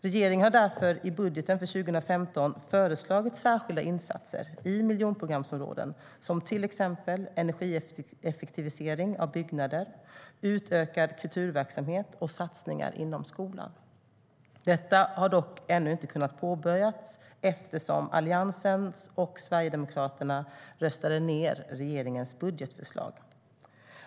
Regeringen hade därför i budgeten för 2015 föreslagit särskilda insatser i miljonprogramsområden, som energieffektivisering av byggnader, utökad kulturverksamhet och satsningar inom skolan. Detta har dock ännu inte kunnat påbörjas eftersom Alliansen och Sverigedemokraterna röstade ned regeringens budgetförslag.